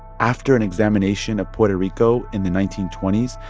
after an examination of puerto rico in the nineteen twenty s,